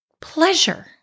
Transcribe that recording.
pleasure